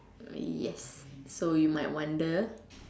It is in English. yes so you might wonder